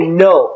no